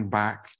back